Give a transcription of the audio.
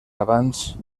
abans